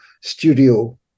studio